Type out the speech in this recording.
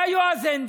בא יועז הנדל